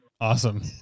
Awesome